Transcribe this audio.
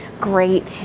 great